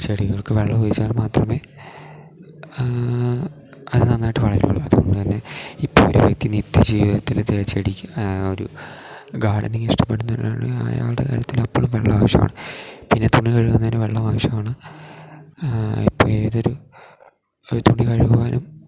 ചെടികൾക്ക് വെള്ളം ഒഴിച്ചാൽ മാത്രമേ അത് നന്നായിട്ട് വളരുള്ളൂ അതുകൊണ്ട് തന്നെ ഇപ്പോൾ ഒരു വ്യക്തി നിത്യജീവിതത്തിൽ ചെടിക്ക് ഒരു ഗാർഡനിങ് ഇഷ്ടപ്പെടുന്ന ഒരാൾ അയാളുടെ കാര്യത്തിൽ അപ്പളും വെള്ളം ആവശ്യമാണ് പിന്നെ തുണി കഴുകുന്നതിനും വെള്ളം ആവശ്യമാണ് ഇപ്പം ഏതൊരു തുണി കഴുകുവാനും